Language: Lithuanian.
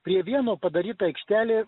prie vieno padaryta aikštelė